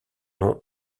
nom